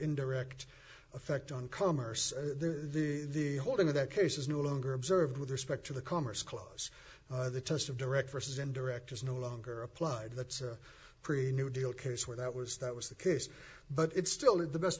indirect effect on commerce the holding of that case is no longer observed with respect to the commerce clause or the test of direct versus indirect is no longer applied that's a pretty new deal case where that was that was the case but it still is the best